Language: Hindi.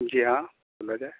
जी हाँ मिलेगा